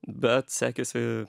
bet sekėsi